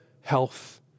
health